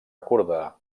acordar